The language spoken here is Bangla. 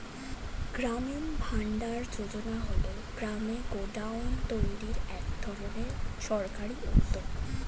গ্রামীণ ভান্ডার যোজনা হল গ্রামে গোডাউন তৈরির এক ধরনের সরকারি উদ্যোগ